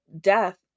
death